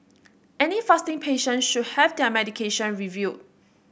any fasting patient should have their medication reviewed